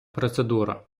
процедура